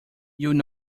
you’ll